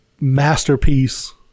masterpiece